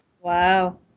Wow